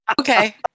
okay